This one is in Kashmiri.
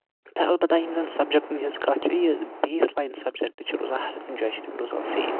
تہٕ اَلبتہ یِم زَن سَبجکٹن ہنز کَتھ چھِ یہِ بیس لاین سَبجکٹ چھُ روزان ہر کُنہِ جایہِ چھِ تِم روزان سیم